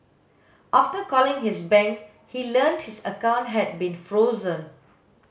after calling his bank he learnt his account had been frozen